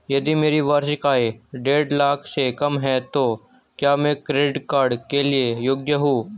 यदि मेरी वार्षिक आय देढ़ लाख से कम है तो क्या मैं क्रेडिट कार्ड के लिए योग्य हूँ?